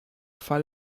fall